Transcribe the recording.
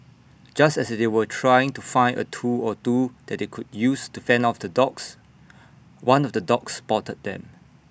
just as they were trying to find A tool or two that they could use to fend off the dogs one of the dogs spotted them